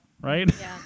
right